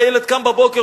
הילד קם בבוקר,